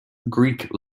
greek